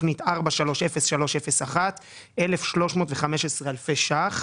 תוכנית מס' 2 תוכנית מס' 4303/01 1,315 אלפי שקלים.